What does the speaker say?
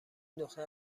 دختر